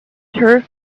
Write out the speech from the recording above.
turf